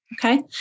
okay